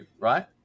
right